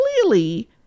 clearly